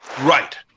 Right